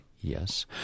Yes